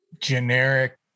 generic